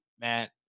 Matt